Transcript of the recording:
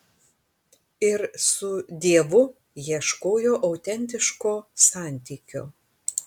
ir su dievu ieškojo autentiško santykio